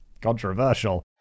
controversial